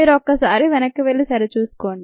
మీరు ఒకసారి వెనక్కి వెళ్లి సరిచూసుకోండి